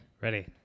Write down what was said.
Ready